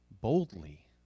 boldly